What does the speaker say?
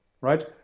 right